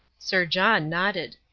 sir john nodded.